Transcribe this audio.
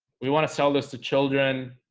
we want to sell this to children